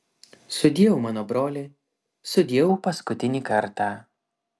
sudieu mano broli sudieu paskutinį kartą